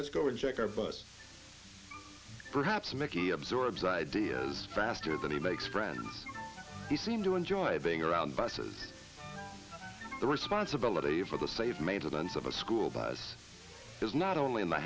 us go and check our bus perhaps mickey absorbs ideas faster than he makes friends he seem to enjoy being around buses the responsibility for the safe maintenance of a school bus is not only in the